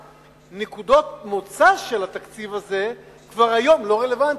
כשנקודות המוצא של התקציב הזה כבר היום לא רלוונטיות,